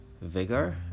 vigor